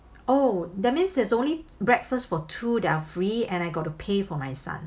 oh that means there's only breakfast for two that are free and I got to pay for my son